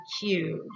huge